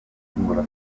singola